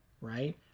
right